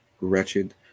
wretched